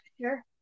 Sure